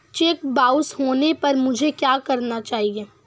Check bounce होने पर मुझे क्या करना चाहिए?